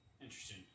Interesting